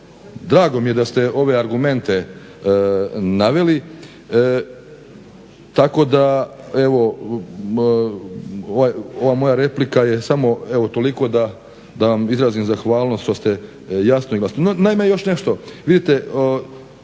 Drago mije da ste ove argumente naveli tako da ova moja replika samo toliko da vam izrazim zahvalnost što ste jasno i glasno.